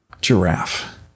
giraffe